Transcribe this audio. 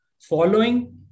Following